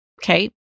Okay